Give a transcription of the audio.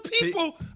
people